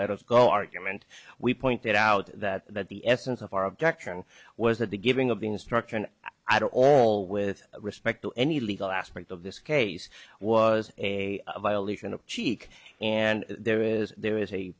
let us go argument we pointed out that that the essence of our objection was that the giving of the instruction i don't all with respect to any legal aspect of this case was a violation of cheek and there is there is a